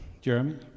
Jeremy